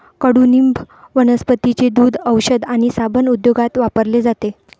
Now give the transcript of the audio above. कडुनिंब वनस्पतींचे दूध, औषध आणि साबण उद्योगात वापरले जाते